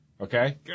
Okay